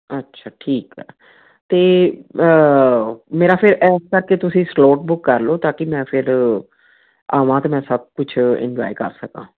ਅੱਛਾ ਠੀਕ ਆ ਅਤੇ ਮੇਰਾ ਫਿਰ ਇਸ ਕਰਕੇ ਤੁਸੀਂ ਸਲੋਟ ਬੁੱਕ ਕਰ ਲਓ ਤਾਂ ਕਿ ਮੈਂ ਫਿਰ ਆਵਾਂ ਅਤੇ ਮੈਂ ਸਭ ਕੁਛ ਇੰਜੋਏ ਕਰ ਸਕਾਂ